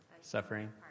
Suffering